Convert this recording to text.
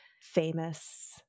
famous